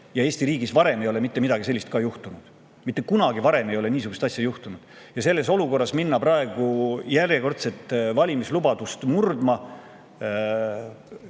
Ka Eesti riigis pole mitte midagi sellist varem juhtunud. Mitte kunagi varem ei ole niisugust asja juhtunud! Ja selles olukorras minna praegu järjekordset valimislubadust murdma,